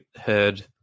heard